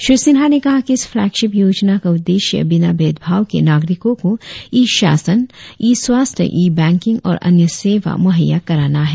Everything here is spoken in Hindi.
श्री सिन्हा ने कहा कि इस फ्लेगशिप योजना का उद्देश्य बिना भेद भाव के नागरिको को ई शासन ई स्वास्थ्य ई बैंकिंग और अन्य सेवा मुहैया कराना है